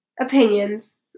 opinions